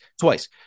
twice